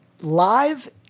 Live